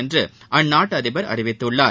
என்றுஅந்நாட்டுஅதிபர் அறிவித்துள்ளார்